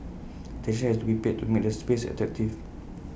attention has to be paid to make the space attractive